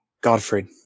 Godfrey